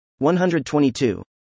122